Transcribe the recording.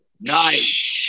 Nice